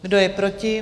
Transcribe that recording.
Kdo je proti?